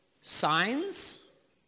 signs